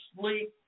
sleep